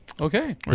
Okay